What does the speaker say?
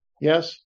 yes